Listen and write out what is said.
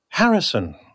Harrison